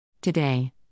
Today